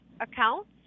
accounts